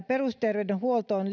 perusterveydenhuoltoon